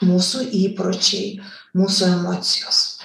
mūsų įpročiai mūsų emocijos